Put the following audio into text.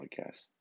podcast